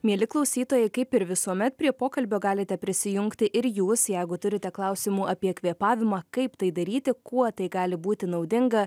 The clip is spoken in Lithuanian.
mieli klausytojai kaip ir visuomet prie pokalbio galite prisijungti ir jūs jeigu turite klausimų apie kvėpavimą kaip tai daryti kuo tai gali būti naudinga